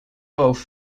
both